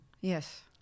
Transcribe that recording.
Yes